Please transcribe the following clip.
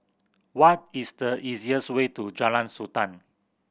what is the easiest way to Jalan Sultan